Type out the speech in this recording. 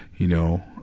you know,